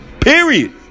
Period